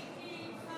אם כן,